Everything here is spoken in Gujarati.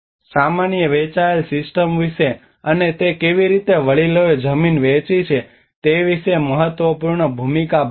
સામાન્ય વહેંચાયેલ સિસ્ટમો વિશે અને તે કેવી રીતે વડીલોએ જમીન વહેંચી છે તે વિશે મહત્વપૂર્ણ ભૂમિકા ભજવે તે વિશે વાત કરે છે